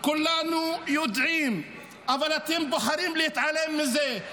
כולנו יודעים אבל אתם בוחרים להתעלם מזה,